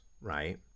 right